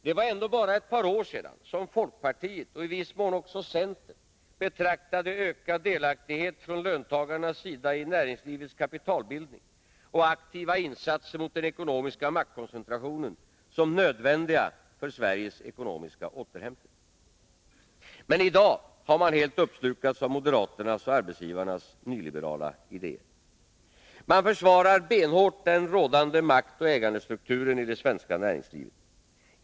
Det var ändå bara ett par år sedan som folkpartiet och i viss mån också centern betraktade ökad delaktighet från löntagarnas sida i näringslivets kapitalbildning och aktiva insatser mot den ekonomiska maktkoncentrationen som nödvändiga för Sverige ekonomiska återhämtning. Men i dag har man helt uppslukats av moderaternas och arbetsgivarnas nyliberala idéer. Man försvarar benhårt den rådande maktoch ägandestrukturen i det svenska näringslivet.